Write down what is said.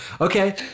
Okay